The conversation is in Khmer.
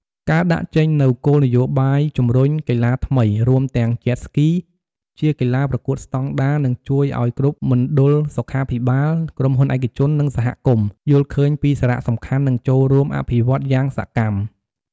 ការដាក់ចេញនូវគោលនយោបាយជំរុញកីឡាថ្មី រួមទាំង Jet Ski ជាកីឡាប្រកួតស្ដង់ដារ នឹងជួយឱ្យគ្រប់មណ្ឌលសុខាភិបាល ក្រុមហ៊ុនឯកជន និងសហគមន៍ យល់ឃើញពីសារៈសំខាន់ និងចូលរួមអភិវឌ្ឍន៍យ៉ាងសកម្ម។